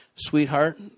Sweetheart